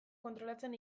kontrolatzen